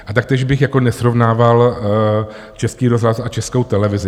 A taktéž bych jako nesrovnával Český rozhlas a Českou televizi.